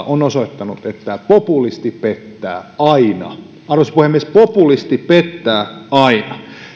on osoittanut että populisti pettää aina arvoisa puhemies populisti pettää aina